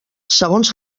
segons